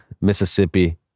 Mississippi